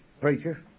preacher